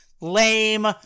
Lame